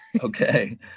Okay